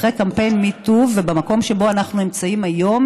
אחרי קמפיין MeToo ובמקום שבו אנחנו נמצאים היום,